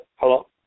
Hello